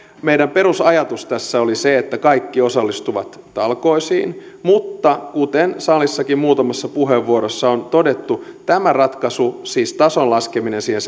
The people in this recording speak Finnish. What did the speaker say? meidän perusajatuksemme tässä oli se että kaikki osallistuvat talkoisiin mutta kuten salissakin muutamassa puheenvuorossa on todettu tämä ratkaisu siis tason laskeminen siihen